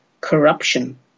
corruption